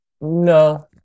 No